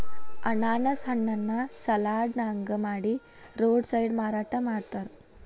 ಅನಾನಸ್ ಹಣ್ಣನ್ನ ಸಲಾಡ್ ನಂಗ ಮಾಡಿ ರೋಡ್ ಸೈಡ್ ಮಾರಾಟ ಮಾಡ್ತಾರ